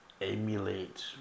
emulate